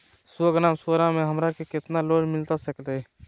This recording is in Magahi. सौ ग्राम सोना से हमरा कितना के लोन मिलता सकतैय?